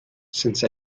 since